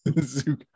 Zoo